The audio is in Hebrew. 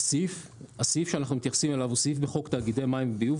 הסעיף שאנחנו מתייחסים אליו הוא סעיף בחוק תאגידי מים וביוב.